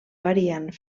variant